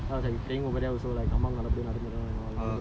the துணுறு:tunuru push down on that from there like normally lah